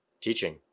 teaching